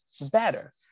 better